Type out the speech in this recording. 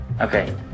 Okay